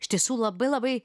iš tiesų labai labai